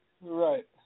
Right